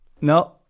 no